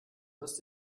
wirst